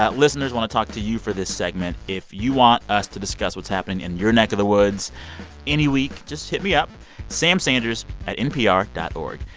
listeners, want to talk to you for this segment. if you want us to discuss what's happening in your neck of the woods any week, just hit me up samsanders at npr dot o r g.